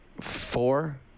four